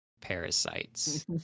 parasites